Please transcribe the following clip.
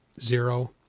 zero